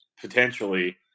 potentially